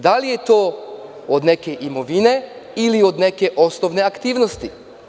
Da li je to od neke imovine ili od neke osnovne aktivnosti.